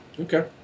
okay